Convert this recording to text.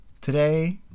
Today